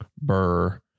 burr